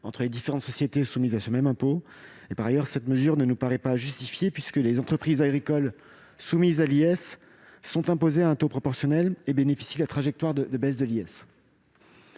entre les différentes sociétés soumises à ce même impôt. Par ailleurs, cette mesure ne nous paraît pas justifiée, les entreprises agricoles soumises à l'IS étant imposées à un taux proportionnel et bénéficiant de la trajectoire de baisse de cet